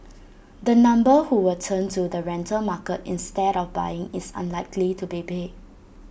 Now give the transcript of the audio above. the number who will turn to the rental market instead of buying is unlikely to be big